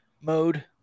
mode